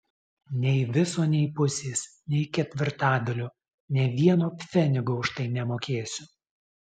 nei viso nei pusės nei ketvirtadalio nė vieno pfenigo už tai nemokėsiu